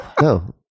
No